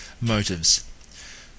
motives